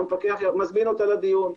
המפקח מזמין אותה לדיון,